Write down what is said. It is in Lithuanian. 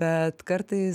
bet kartais